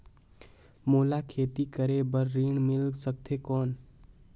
मोला खेती करे बार ऋण मिल सकथे कौन?